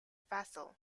vassal